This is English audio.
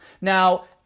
Now